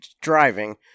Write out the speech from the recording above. driving